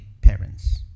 parents